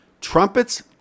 trumpets